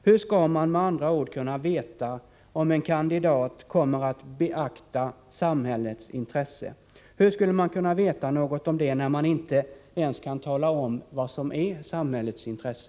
Med andra ord: Hur skall man kunna veta om en kandidat kommer att beakta samhällets intresse, när ni inte ens kan tala om vad som menas med samhällets intresse?